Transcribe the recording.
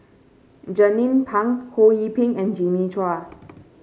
Jernnine Pang Ho Yee Ping and Jimmy Chua